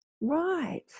Right